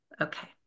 okay